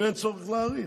לא, כי אין לך מה להאריך.